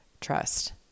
trust